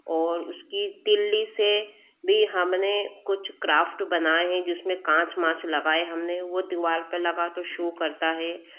और उसकी तीली से भी हम ने कुछ क्राफ्ट बनाए हैं जिस में काँच माच लगाए हम ने वो दीवार पर लगा तो शो करता है